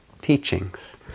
teachings